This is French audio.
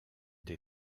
des